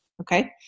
Okay